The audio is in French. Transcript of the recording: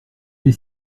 les